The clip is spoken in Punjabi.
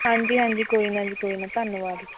ਹਾਂਜੀ ਹਾਂਜੀ ਕੋਈ ਨਾ ਜੀ ਕੋਈ ਨਾ ਧੰਨਵਾਦ